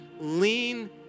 Lean